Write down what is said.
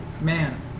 man